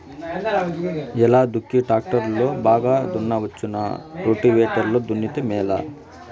ఎలా దుక్కి టాక్టర్ లో బాగా దున్నవచ్చునా రోటివేటర్ లో దున్నితే మేలా?